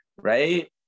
right